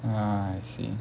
ah I see